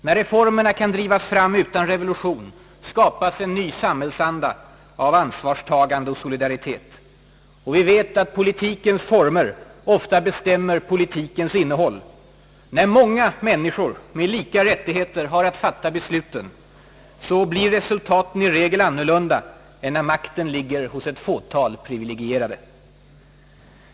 När reformerna kan drivas fram utan revolution skapas en ny samhällsanda av ansvarstagande och solidaritet. Och vi vet att politikens former ofta bestämmer politikens innehåll. När många människor med lika rättigheter har att fatta besluten, blir resultaten i regel annorlunda än när makten ligger hos ett fåtal privilegierade.